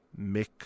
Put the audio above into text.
Mick